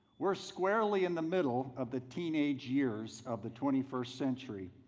we're squarely in the middle of the teenage years of the twenty first century,